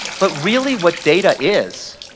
but really what data is,